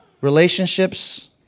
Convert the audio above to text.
Relationships